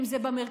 אם זה במרכז.